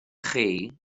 chi